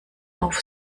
auf